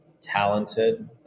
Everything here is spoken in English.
talented